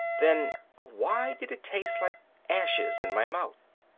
then why did it taste like ashes in my mouth?